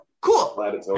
cool